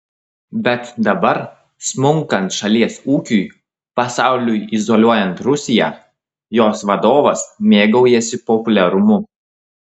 bet dabar smunkant šalies ūkiui pasauliui izoliuojant rusiją jos vadovas mėgaujasi populiarumu